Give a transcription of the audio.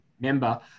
member